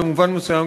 במובן מסוים,